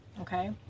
okay